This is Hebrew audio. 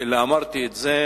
אלא אמרתי את זה